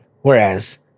Whereas